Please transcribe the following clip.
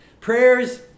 Prayers